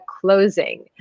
closing